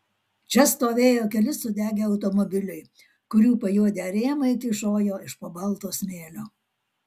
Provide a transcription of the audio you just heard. čia stovėjo keli sudegę automobiliai kurių pajuodę rėmai kyšojo iš po balto smėlio